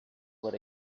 what